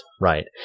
right